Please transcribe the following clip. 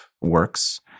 works